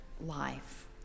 life